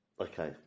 Okay